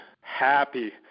happy